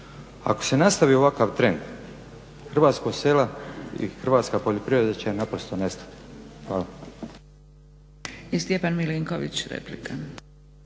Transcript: Ako se nastavi ovakav trend hrvatska sela i hrvatska poljoprivreda će naprosto nestati. Hvala.